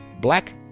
black